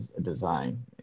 design